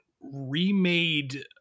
remade